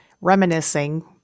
reminiscing